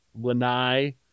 Lanai